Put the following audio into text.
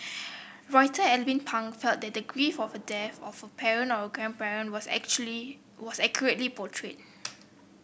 Writer Alvin Pang felt that the grief of the death of a parent or a grandparent was actually was accurately portrayed